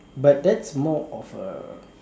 but that's more of a